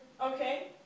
Okay